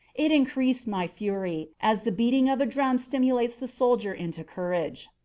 it increased my fury, as the beating of a drum stimulates the soldier into courage.